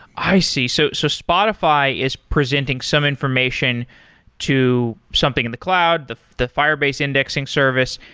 i see. so so spotify is presenting some information to something in the cloud, the the firebase indexing service,